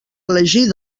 elegir